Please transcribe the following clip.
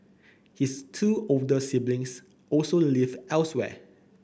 his two older siblings also live elsewhere